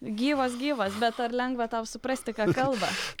gyvos gyvos bet ar lengva tau suprasti ką kalba